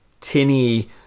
tinny